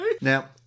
Now